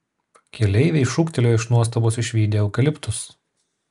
keleiviai šūktelėjo iš nuostabos išvydę eukaliptus